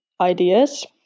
Ideas